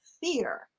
fear